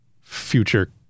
future